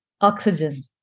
Oxygen